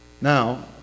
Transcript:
Now